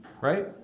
right